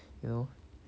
you know